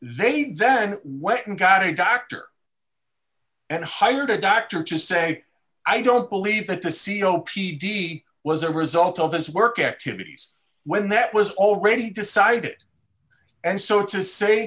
they then went and got a doctor and hired a doctor to say i don't believe that the c o p d was a result of his work activities when that was already decided and so to say